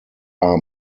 are